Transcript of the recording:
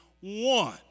one